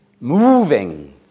moving